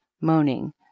moaning